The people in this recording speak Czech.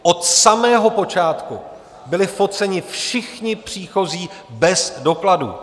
Od samého počátku byli foceni všichni příchozí bez dokladů.